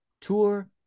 Tour